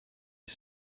you